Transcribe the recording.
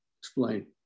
explain